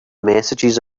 messages